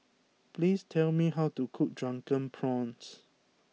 please tell me how to cook Drunken Prawns